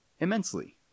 Immensely